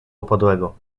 upadłego